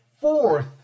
fourth